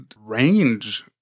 range